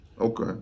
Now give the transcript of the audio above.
Okay